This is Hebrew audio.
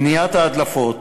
מניעת ההדלפות,